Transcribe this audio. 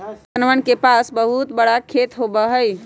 बड़का किसनवन के पास बहुत बड़ा खेत होबा हई